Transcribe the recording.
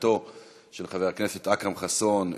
לבקשתו של חבר הכנסת אכרם חסון,